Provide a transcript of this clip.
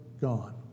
gone